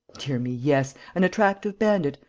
dear me, yes, an attractive bandit,